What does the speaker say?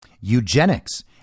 eugenics